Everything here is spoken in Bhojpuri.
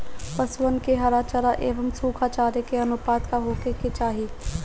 पशुअन के हरा चरा एंव सुखा चारा के अनुपात का होखे के चाही?